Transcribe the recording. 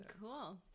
cool